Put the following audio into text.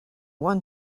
won